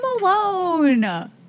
alone